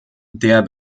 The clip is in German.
der